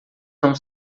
são